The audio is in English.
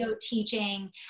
teaching